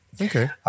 Okay